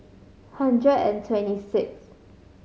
hundred and twenty sixth